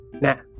Now